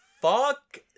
fuck